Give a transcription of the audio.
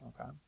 Okay